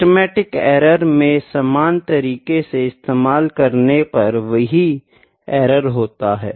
systematic error में सामान तरीके से इस्तेमाल करने पर वही एरर होता है